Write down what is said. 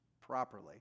properly